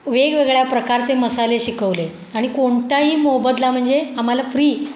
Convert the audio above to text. वेगवेगळ्या प्रकारचे मसाले शिकवले आणि कोणताही मोबदला म्हणजे आम्हाला फ्री